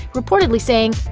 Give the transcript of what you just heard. reportedly saying,